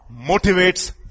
motivates